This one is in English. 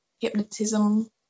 hypnotism